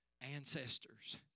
ancestors